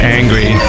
angry